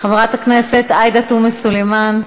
חברת הכנסת עאידה תומא סלימאן,